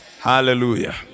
Hallelujah